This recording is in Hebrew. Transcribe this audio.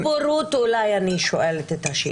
מתוך בורות אולי אני שואלת את השאלה.